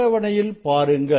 அட்டவணையில் பாருங்கள்